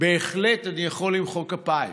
בהחלט אני יכול למחוא כפיים,